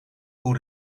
hoe